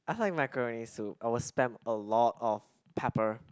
i hate macaroni soup I will spam a lot of pepper